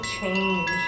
change